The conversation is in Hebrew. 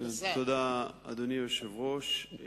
תודה, אדוני היושב-ראש.